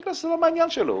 בגלל שזה לא עניין שלו,